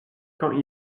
quand